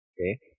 Okay